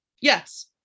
Yes